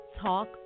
talk